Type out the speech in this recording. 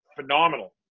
phenomenal